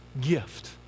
gift